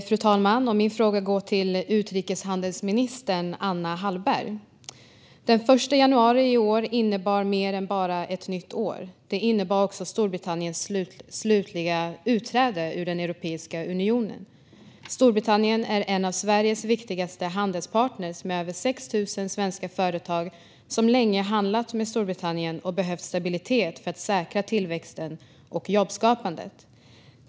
Fru talman! Min fråga går till utrikeshandelsminister Anna Hallberg. Den 1 januari i år innebar inte bara ett nytt år utan också Storbritanniens slutliga utträde ur Europeiska unionen. Storbritannien är en av Sveriges viktigaste handelspartner. Över 6 000 svenska företag har länge handlat med Storbritannien och behöver stabilitet för att säkra tillväxten och jobbskapandet.